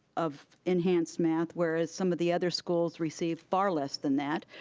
of enhanced math, whereas some of the other schools receive far less than that.